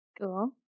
Cool